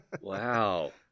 Wow